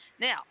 Now